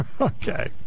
Okay